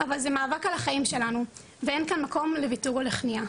אבל זה מאבק של החיים שלנו ואין כאן מקום לוויתור או לכניעה.